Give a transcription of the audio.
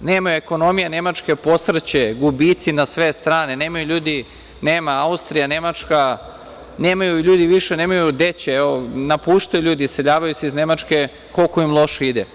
nema, ekonomija Nemačke posrće, gubici na sve strane, nema Austrija, Nemačka, nemaju ljudi više gde će, evo, napuštaju ljudi, iseljavaju se iz Nemačke koliko im loše ide?